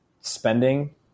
spending